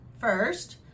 first